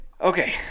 Okay